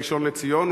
בראשון-לציון.